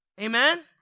Amen